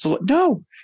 No